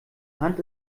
hand